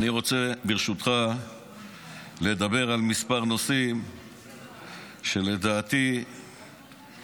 אני רוצה, ברשותך, לדבר על כמה נושאים שלדעתי הם